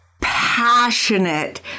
passionate